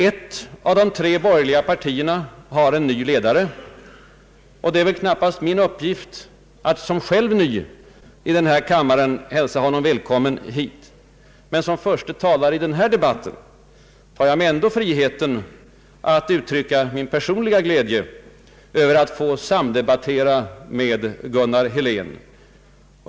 Ett av de tre borgerliga partierna har en ny ledare, och det är väl knappast min uppgift att som själv ny i denna kammare hälsa honom välkommen hit. Men som förste talare i denna debatt tar jag mig ändå friheten att uttrycka min personliga glädje över att få samdebattera med Gunnar Helén.